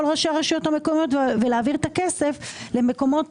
ראשי הרשויות המקומיות ולהעביר את הכסף למקומות